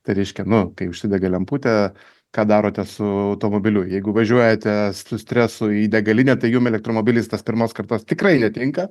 tai reiškia nu kai užsidega lemputė ką darote su automobiliu jeigu važiuojate su stresu į degalinę tai jum elektromobilis tas pirmos kartos tikrai netinka